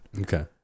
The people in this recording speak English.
Okay